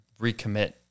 recommit